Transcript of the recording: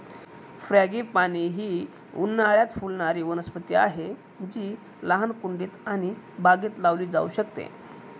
frangipani ही उन्हाळयात फुलणारी वनस्पती आहे जी लहान कुंडीत आणि बागेत लावली जाऊ शकते